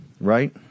right